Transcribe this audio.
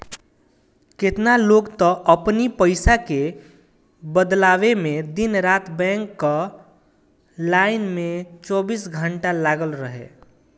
केतना लोग तअ अपनी पईसा के बदलवावे में दिन रात बैंक कअ लाइन में चौबीसों घंटा लागल रहे